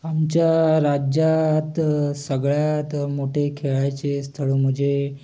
आमच्या राज्यात सगळ्यात मोठे खेळाचे स्थळं म्हजे